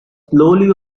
slowly